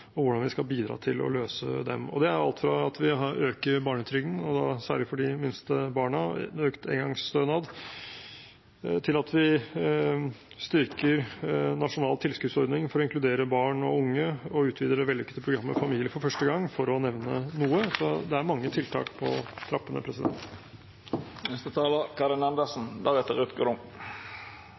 og hvordan vi skal bidra til å løse dem. Det er alt fra å øke barnetrygden, særlig for de minste barna, og øke engangsstønaden, til å styrke den nasjonal tilskuddsordningen for å inkludere barn og unge og utvide det vellykkede programmet «Familie for første gang» – for å nevne noe. Det er mange tiltak på trappene.